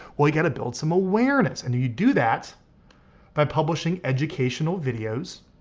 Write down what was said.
well you gotta build some awareness. and you you do that by publishing educational videos